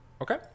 Okay